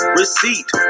receipt